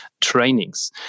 trainings